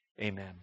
Amen